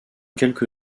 quelque